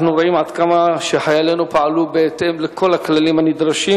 אנחנו רואים עד כמה שחיילינו פעלו בהתאם לכל הכללים הנדרשים.